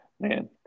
man